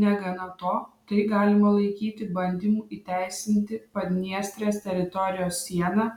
negana to tai galima laikyti bandymu įteisinti padniestrės teritorijos sieną